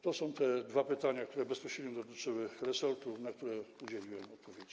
To są te dwa pytania, które bezpośrednio dotyczyły resortu, na które udzieliłem odpowiedzi.